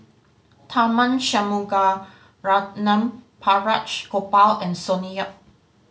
Tharman Shanmugaratnam Balraj Gopal and Sonny Yap